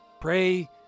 Pray